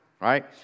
right